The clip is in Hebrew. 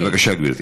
בבקשה, גברתי.